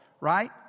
right